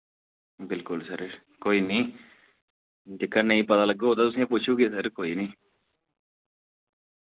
बिलकुल सर कोई नी जेह्का नेईं पता लग्गग ओह्दा तुसेंगी पुच्छी लैगे सर कोई नी